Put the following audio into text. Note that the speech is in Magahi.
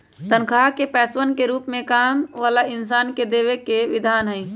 तन्ख्वाह के पैसवन के रूप में काम वाला इन्सान के देवे के विधान हई